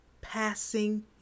passing